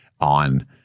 on